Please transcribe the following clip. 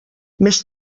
més